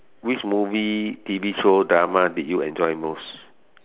which movie T_V show drama did you enjoy most